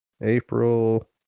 April